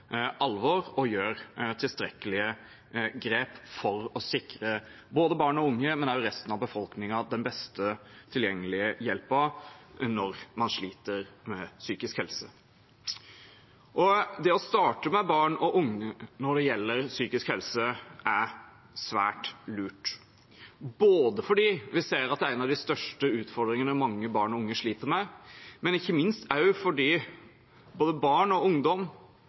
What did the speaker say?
alvor og gjøre tilstrekkelige grep for å sikre barn og unge, men også resten av befolkningen, den beste tilgjengelige hjelpen når man sliter med psykisk helse. Det å starte med barn og unge når det gjelder psykisk helse, er svært lurt, fordi vi ser at det er en av de største utfordringene mange barn og unge sliter med, men ikke minst også fordi både barn og ungdom